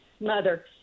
Mother